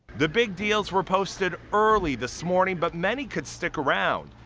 the big deals were posted early this morning but many could stick around.